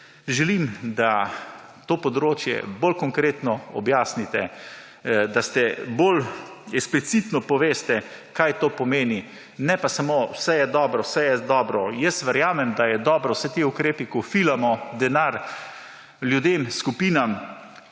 želim, da to področje bolj konkretno objasnite, da ste bolj eksplicitno poveste kaj to pomeni, ne pa samo vse je dobro, vse je dobro. Jaz verjamem, da je dobro, vsi ti ukrepi, ko filamo denar ljudem, skupina,